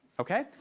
okay?